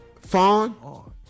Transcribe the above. Fawn